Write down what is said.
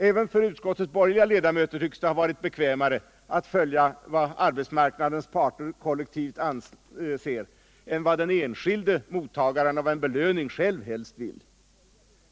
Även för utskottets borgerliga ledamöter tycks det ha varit bekvämare att följa vad arbetsmarknadens parter kollektivt anser än vad den enskilde mottagaren av en belöning själv helst vill.